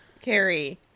Carrie